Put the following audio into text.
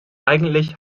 eigentlich